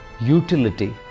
Utility